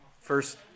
First